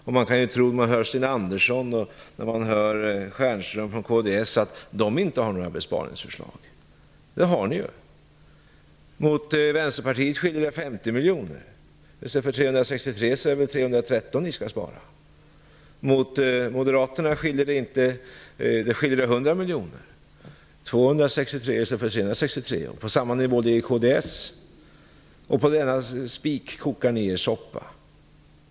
När man hör Sten Andersson och Michael Stjernström kan man tro att de inte har några besparingsförslag, men det har de ju. Mellan vårt och Vänsterpartiets förslag skiljer det 50 miljoner; i stället för 363 vill man spara 313 miljoner. Moderaterna vill spara 100 miljoner mindre, dvs. 263 miljoner, och kds ligger på samma nivå. På denna spik kokar ni er soppa.